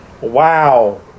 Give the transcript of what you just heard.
Wow